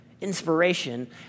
Inspiration